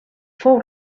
fou